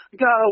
go